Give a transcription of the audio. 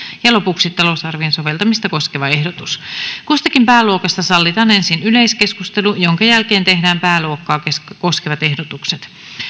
ja lopuksi talousarvion soveltamista koskeva ehdotus kustakin pääluokasta sallitaan ensin yleiskeskustelu jonka jälkeen tehdään pääluokkaa koskevat ehdotukset